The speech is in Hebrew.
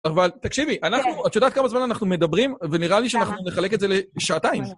אבל תקשיבי, אנחנו, את יודעת כמה זמן אנחנו מדברים, ונראה לי שאנחנו נחלק את זה לשעתיים.